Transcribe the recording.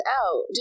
out